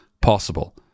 possible